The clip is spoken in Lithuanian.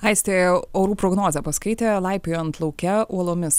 aistė orų prognozę paskaitė laipiojant lauke uolomis